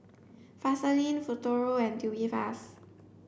Vaselin Futuro and Tubifast